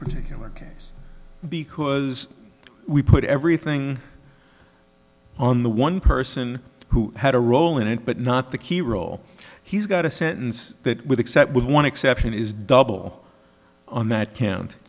particular case because we put everything on the one person who had a role in it but not the key role he's got a sentence with except with one exception is double on that count